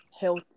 health